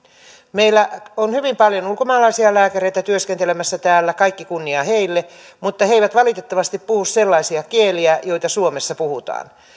meillä on hyvin paljon ulkomaalaisia lääkäreitä työskentelemässä täällä kaikki kunnia heille mutta he eivät valitettavasti puhu sellaisia kieliä joita suomessa puhutaan